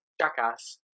jackass